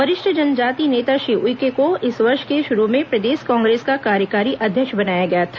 वरिष्ठ जनजातीय नेता श्री उइके को इस वर्ष के शुरू में प्रदेश कांग्रेस का कार्यकारी अध्यक्ष बनाया गया था